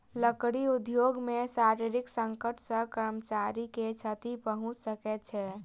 लकड़ी उद्योग मे शारीरिक संकट सॅ कर्मचारी के क्षति पहुंच सकै छै